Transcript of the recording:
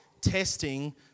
testing